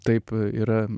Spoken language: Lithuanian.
taip yra